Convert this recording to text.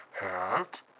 hat